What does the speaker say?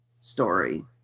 story